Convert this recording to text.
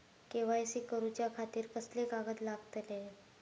KYC करूच्या खातिर कसले कागद लागतले?